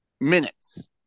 minutes